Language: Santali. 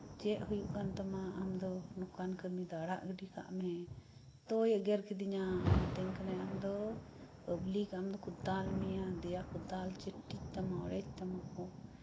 ᱪᱮᱫ ᱦᱩᱭᱩᱜ ᱠᱟᱱ ᱛᱟᱢᱟ ᱟᱢᱫᱚ ᱱᱚᱝᱠᱟᱱ ᱠᱟᱹᱢᱤ ᱫᱚ ᱟᱲᱟᱜ ᱜᱤᱰᱤ ᱠᱟᱜ ᱢᱮ ᱮᱛᱚᱭ ᱮᱜᱮᱨ ᱠᱤᱫᱤᱧᱟ ᱢᱤᱛᱟᱹᱧ ᱠᱟᱱᱟᱭ ᱟᱢ ᱫᱚ ᱯᱟᱵᱞᱤᱠ ᱟᱢ ᱫᱚᱠᱚ ᱫᱟᱞ ᱢᱮᱭᱟ ᱫᱮᱭᱟ ᱠᱚ ᱫᱟᱞ ᱪᱟᱹᱴᱤᱡ ᱛᱟᱢᱟ ᱚᱲᱮᱡ ᱛᱟᱢᱟ ᱠᱚ